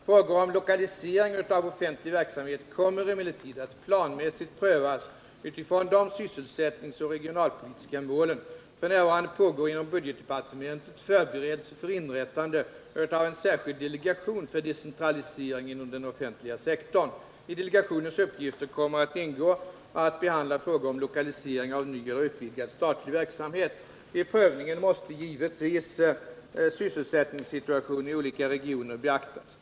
Frågor om lokalisering av offentlig verksamhet kommer emellertid att planmässigt prövas utifrån de sysselsättningsoch regionalpolitiska målen. F.n. pågår inom budgetdepartementet förberedelser för inrättande av en särskild delegation för decentralisering inom den offentliga sektorn. I delegationens uppgifter kommer att ingå att behandla frågor om lokalisering av ny eller utvidgad statlig verksamhet. Vid prövningen måste givetvis sysselsättningssituationen i olika regioner beaktas.